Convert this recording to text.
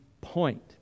point